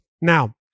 Now